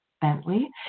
Bentley